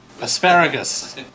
Asparagus